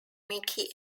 mickey